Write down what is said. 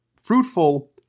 fruitful